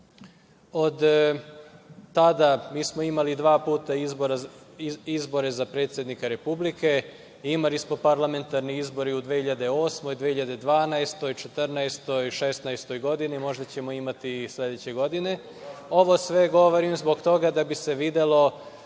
Od tada mi smo imali dva puta izbore za predsednika Republike, imali smo parlamentarne izbore i u 2008, 2012, 2014. i 2016. godini, a možda ćemo imati i sledeće godine. Ovo sve govorim zbog toga da bi se videlo